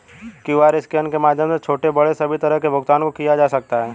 QR scan के माध्यम से छोटे बड़े सभी तरह के भुगतान को किया जा सकता है